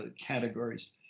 categories